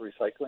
recycling